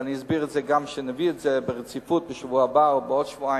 ואני אסביר את זה כשנביא את זה ברציפות בשבוע הבא או בעוד שבועיים.